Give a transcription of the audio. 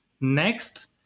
next